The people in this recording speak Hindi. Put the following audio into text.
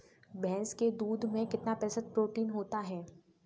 भैंस के दूध में कितना प्रतिशत प्रोटीन होता है?